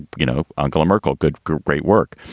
you know, angela merkel, good girl, great work.